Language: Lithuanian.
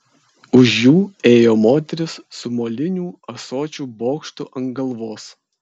už jų ėjo moteris su molinių ąsočių bokštu ant galvos